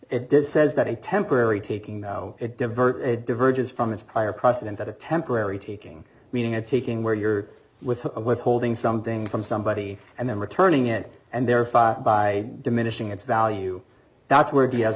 does says that a temporary taking though it diverted diverges from its prior precedent that a temporary taking meaning and taking where you're with withholding something from somebody and then returning it and therefore by diminishing its value that's where he has